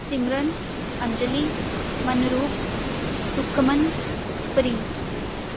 Simran Anjali Manroop Sukhman Preet